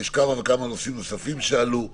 כמה וכמה נושאים נוספים שעלו,